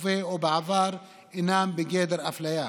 בהווה או בעבר אינם בגדר אפליה".